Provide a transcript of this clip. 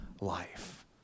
life